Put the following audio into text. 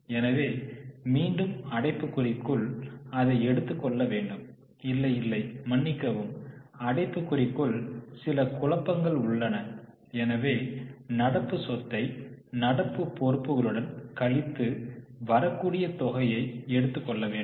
எனவே மீண்டும் அடைப்புக்குறிக்குள் அதை எடுத்து கொள்ள வேண்டும் இல்லை இல்லை மன்னிக்கவும் அடைப்புக்குறிக்குள் சில குழப்பங்கள் உள்ளன எனவே நடப்பு சொத்தை நடப்பு பொறுப்புகளுடன் கழித்து வரக்கூடிய தொகையை எடுத்துக் கொள்ள வேண்டும்